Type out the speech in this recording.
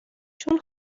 چون